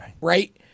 right